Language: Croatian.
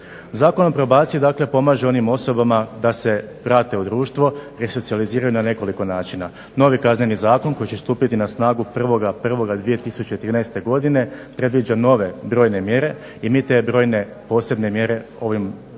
Zakon o probaciji dakle pomaže onim osobama da se vrate u društvo i resocijaliziraju na nekoliko načina. Novi Kazneni zakon koji će stupiti na snagu 1.01.2013. godine predviđa nove brojne mjere i mi te brojne posebne mjere ovim prijedlogom